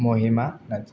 Mahima Narzary